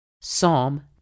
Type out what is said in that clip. Psalm